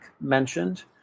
mentioned